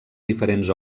diferents